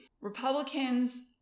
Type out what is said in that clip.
Republicans